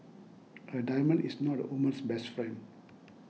a diamond is not a woman's best friend